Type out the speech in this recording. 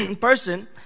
person